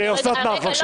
אוסנת מארק, בבקשה.